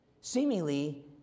Seemingly